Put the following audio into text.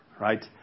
right